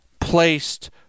placed